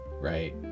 Right